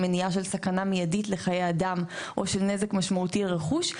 מניעה של סכנה מיידית לחיי אדם או של נזק משמעותי לרכוש,